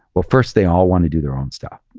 well, first they all want to do their own stuff.